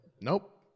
Nope